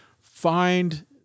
find